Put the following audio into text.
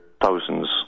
thousands